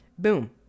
Boom